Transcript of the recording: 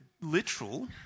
literal